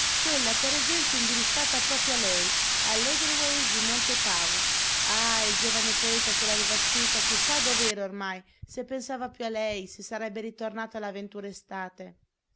quella per esempio indirizzata proprio a lei all'edelweiss di monte cave ah il giovane poeta che l'aveva scritta chi sa dov'era ormai se pensava più a lei se sarebbe ritornato la ventura estate